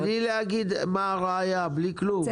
בלי להגיד מה הראיה ובלי כלום.